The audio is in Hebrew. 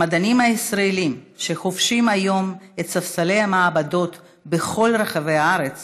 המדענים הישראלים שחובשים היום את ספסלי המעבדות בכל רחבי הארץ